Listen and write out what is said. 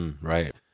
Right